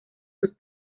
sus